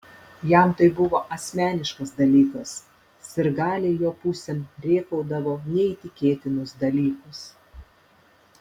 jam tai buvo asmeniškas dalykas sirgaliai jo pusėn rėkaudavo neįtikėtinus dalykus